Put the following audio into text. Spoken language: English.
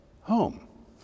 home